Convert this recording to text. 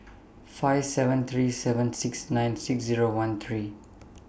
five seven three seven six nine six Zero one three